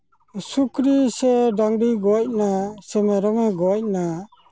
ᱥᱩᱠᱨᱤ ᱥᱮ ᱰᱟᱹᱝᱨᱤ ᱜᱚᱡ ᱮᱱᱟᱭ ᱥᱮ ᱢᱮᱨᱚᱢᱮ ᱜᱚᱡ ᱮᱱᱟ